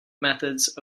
methods